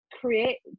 create